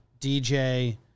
DJ